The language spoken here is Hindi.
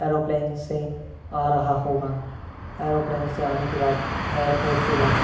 एरोप्लेन से आ रहा होगा एरोप्लेन से आने के बाद एअरपोर्ट से वह